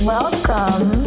Welcome